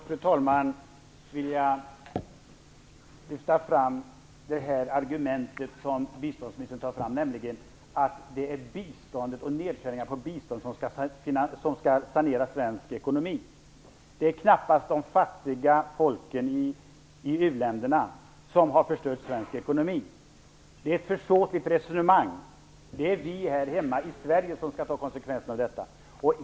Fru talman! Först skulle jag vilja lyfta fram det argument som biståndsministern tar fram, nämligen att det är nedskärningar på biståndet som skall sanera svensk ekonomi. Det är knappast de fattiga folken i uländerna som har förstört svensk ekonomi. Det är ett försåtligt resonemang. Det är vi här hemma i Sverige som skall ta konsekvenserna av detta.